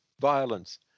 violence